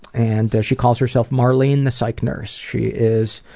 and she calls herself marlene the psych nurse. she is